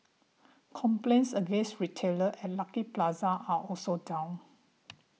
complaints against retailer at Lucky Plaza are also down